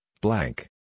blank